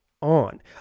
on